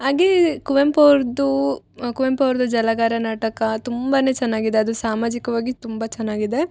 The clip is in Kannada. ಆಗಿ ಕುವೆಂಪು ಅವ್ರದ್ದು ಕುವೆಂಪು ಅವ್ರ್ದು ಜಲಗಾರ ನಾಟಕ ತುಂಬಾ ಚೆನ್ನಾಗಿದೆ ಅದು ಸಾಮಾಜಿಕವಾಗಿ ತುಂಬಾ ಚೆನ್ನಾಗಿದೆ